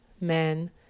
men